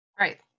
Right